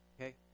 Okay